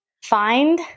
Find